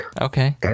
Okay